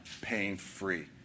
pain-free